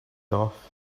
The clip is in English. off